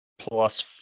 plus